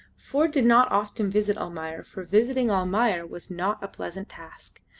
ford did not often visit almayer, for visiting almayer was not a pleasant task.